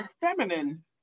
feminine